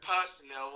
Personally